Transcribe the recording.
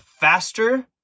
faster